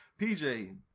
PJ